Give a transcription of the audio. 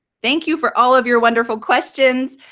thank you for all of your wonderful questions.